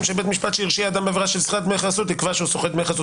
שבית משפט שהרשיע אדם בעבירה של סחיטת דמי חסות יקבע שהוא סוחט